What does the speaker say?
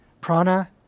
Prana